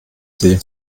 sie